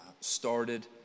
started